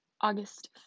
August